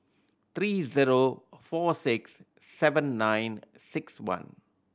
three zero four six seven nine six one